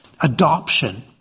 Adoption